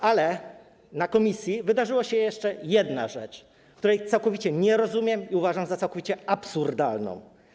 Na posiedzeniu komisji wydarzyła się jeszcze jedna rzecz, której całkowicie nie rozumiem i uważam za całkowicie absurdalną.